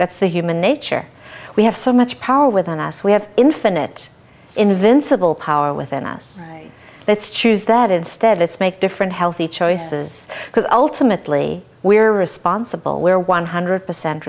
that's the human nature we have so much power with an ass we have infinite invincible power within us let's choose that instead it's make different healthy choices because ultimately we're responsible we're one hundred percent